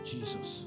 Jesus